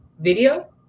video